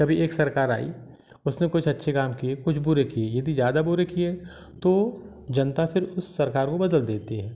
कभी एक सरकार आई उसने कुछ अच्छे काम किए कुछ बुरे किए यदि ज़्यादा बुरे किए तो जनता फिर उस सरकार को बदल देती है